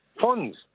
funds